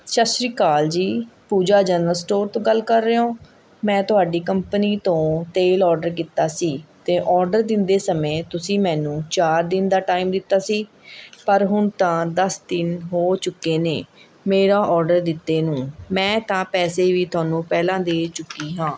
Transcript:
ਸਤਿ ਸ਼੍ਰੀ ਅਕਾਲ ਜੀ ਪੂਜਾ ਜਨਰਲ ਸਟੋਰ ਤੋਂ ਗੱਲ ਕਰ ਰਹੇ ਹੋ ਮੈਂ ਤੁਹਾਡੀ ਕੰਪਨੀ ਤੋਂ ਤੇਲ ਔਰਡਰ ਕੀਤਾ ਸੀ ਅਤੇ ਔਰਡਰ ਦਿੰਦੇ ਸਮੇਂ ਤੁਸੀਂ ਮੈਨੂੰ ਚਾਰ ਦਿਨ ਦਾ ਟਾਈਮ ਦਿੱਤਾ ਸੀ ਪਰ ਹੁਣ ਤਾਂ ਦਸ ਦਿਨ ਹੋ ਚੁੱਕੇ ਨੇ ਮੇਰਾ ਔਰਡਰ ਦਿੱਤੇ ਨੂੰ ਮੈਂ ਤਾਂ ਪੈਸੇ ਵੀ ਤੁਹਾਨੂੰ ਪਹਿਲਾਂ ਦੇ ਚੁੱਕੀ ਹਾਂ